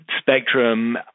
spectrum